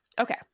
Okay